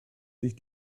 sich